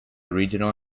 regional